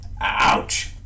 Ouch